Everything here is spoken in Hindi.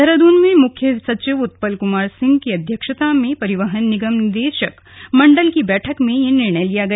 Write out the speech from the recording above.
देहरादून में मुख्य सचिव उत्पल कुमार सिंह की अध्यक्षता में परिवहन निगम निदेशक मंडल की बैठक में यह निर्णय लिया गया